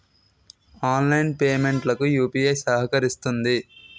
online payment లకు UPI సహకరిస్తుంది